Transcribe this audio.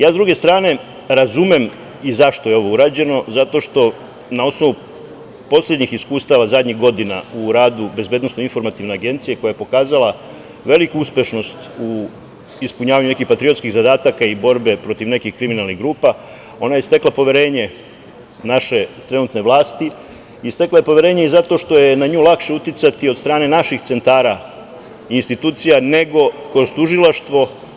Sa druge strane, ja razumem i zašto je ovo urađeno, zato što na osnovu poslednjih iskustava zadnjih godina u radu BIA, koja je pokazala veliku uspešnost u ispunjavanju nekih patriotskih zadataka i borbe protiv nekih kriminalnih grupa, ona je stekla poverenje naše trenutne vlasti i stekla je poverenje i zato što je na nju lakše uticati od strane naših centara i institucija nego kroz tužilaštvo.